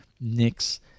Nix